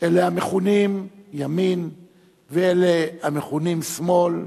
אלה המכונים ימין ואלה המכונים שמאל.